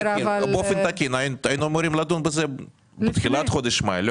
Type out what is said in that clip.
באופן תקין היינו אמורים לדון בזה בתחילת חודש מאי,